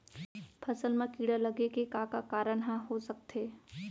फसल म कीड़ा लगे के का का कारण ह हो सकथे?